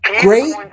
great